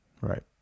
Right